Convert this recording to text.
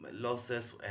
losses